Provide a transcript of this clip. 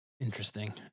Interesting